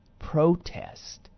protest